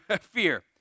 fear